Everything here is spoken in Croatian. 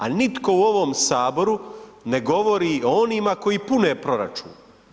A nitko u ovom Saboru ne govori o onima koji pune proračun.